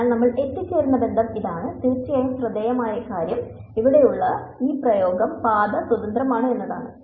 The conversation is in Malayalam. അതിനാൽ നമ്മൾ എത്തിച്ചേരുന്ന ബന്ധം ഇതാണ് തീർച്ചയായും ശ്രദ്ധേയമായ കാര്യം ഇവിടെയുള്ള ഈ പ്രയോഗം പാത സ്വതന്ത്രമാണ് എന്നതാണ്